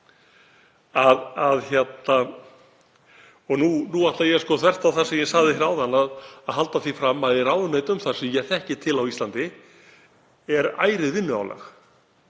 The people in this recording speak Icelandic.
og nú ætla ég, þvert á það sem ég sagði áðan, að halda því fram að í ráðuneytum þar sem ég þekki til á Íslandi sé ærið vinnuálag.